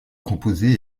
composés